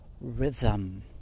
rhythm